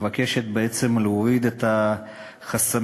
מבקשת בעצם להוריד את החסמים,